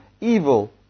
Evil